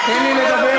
תן לי לדבר,